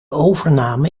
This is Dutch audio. overname